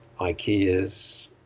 Ikea's